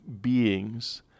beings